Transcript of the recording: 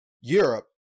Europe